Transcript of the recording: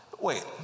Wait